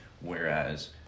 Whereas